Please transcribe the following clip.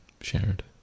shared